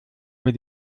mir